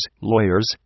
lawyers